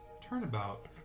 turnabout